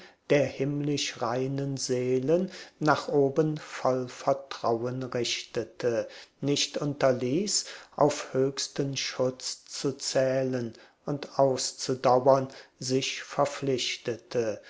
der himmlisch reinen seelen nach oben voll vertrauen richtete nicht unterließ auf höchsten schutz zu zählen und auszudauern sich verpflichtete